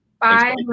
Bye